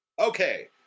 Okay